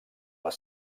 les